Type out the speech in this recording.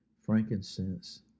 frankincense